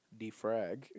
defrag